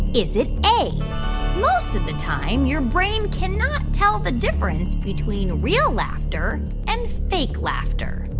is it a most of the time, your brain cannot tell the difference between real laughter and fake laughter?